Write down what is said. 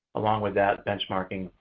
along with that, benchmarking.